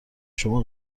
شما